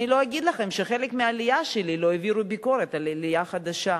אני לא אגיד לכם שחלק מהעלייה שלי לא העביר ביקורת על העלייה החדשה,